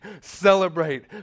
celebrate